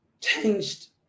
changed